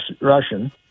Russian